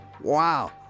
Wow